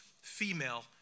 female